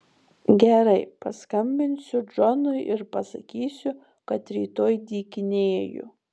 gerai paskambinsiu džonui ir pasakysiu kad rytoj dykinėju